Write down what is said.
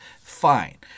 fine